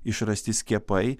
išrasti skiepai